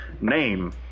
Name